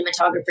cinematographer